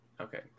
Okay